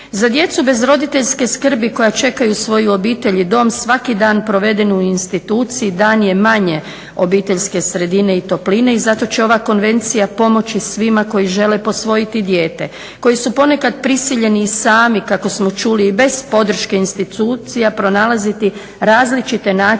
Za djecu bez roditeljske skrbi koja čekaju svoju obitelj i dom, svaki dan proveden u instituciji dan je manje obiteljske sredine i topline i zato će ova konvencija pomoći svima koji žele posvojiti dijete, koji su ponekad prisiljeni i sami kako smo čuli i bez podrške institucija, pronalaziti različite načine